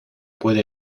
puede